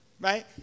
right